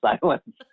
silence